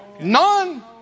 None